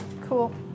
Cool